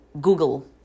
google